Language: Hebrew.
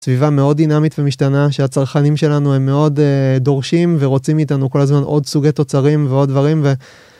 סביבה מאוד דינמית ומשתנה של הצרכנים שלנו, הם מאוד דורשים ורוצים מאיתנו כל הזמן עוד סוגי תוצרים ועוד דברים.